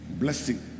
blessing